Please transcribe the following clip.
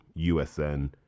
USN